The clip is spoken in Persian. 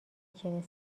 چنین